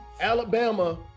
Alabama